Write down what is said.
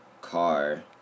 car